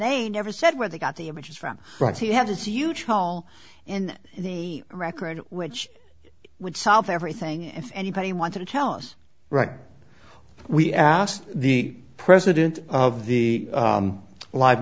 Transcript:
they never said where they got the images from right to have this huge hole in the record which would solve everything if anybody wanted to tell us right we asked the president of the live